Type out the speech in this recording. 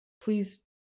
Please